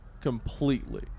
completely